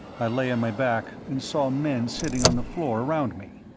i lay on my back and saw men sitting on the floor around me.